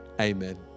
Amen